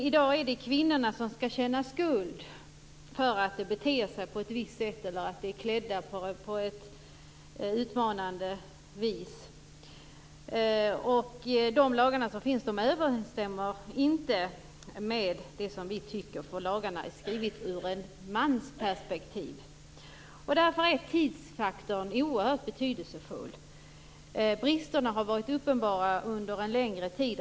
I dag är det kvinnorna som skall känna skuld för att de beter sig på ett visst sätt eller för att de är klädda på ett utmanande vis. De lagar som finns överensstämmer inte med det som vi tycker, för lagarna är skrivna ur ett mansperspektiv. Därför är tidsfaktorn oerhört betydelsefull. Bristerna har varit uppenbara under en längre tid.